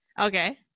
Okay